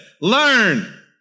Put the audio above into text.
learn